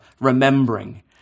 remembering